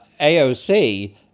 AOC